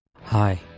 Hi